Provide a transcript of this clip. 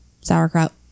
sauerkraut